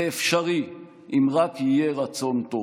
זה אפשרי, אם רק יהיה רצון טוב.